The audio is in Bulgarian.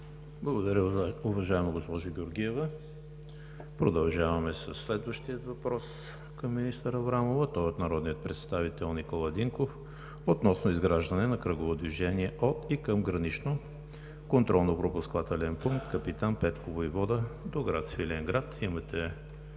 Благодаря Ви, уважаема госпожо Георгиева. Продължаваме със следващия въпрос към министър Аврамова. Той е от народния представител Никола Динков относно изграждане на кръгово движение от и към граничен контролно-пропускателен пункт „Капитан Петко Войвода“ до град Свиленград.